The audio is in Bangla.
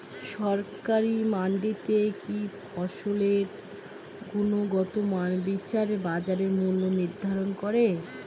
সরকারি মান্ডিতে কি ফসলের গুনগতমান বিচারে বাজার মূল্য নির্ধারণ করেন?